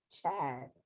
Chad